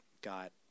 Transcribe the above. got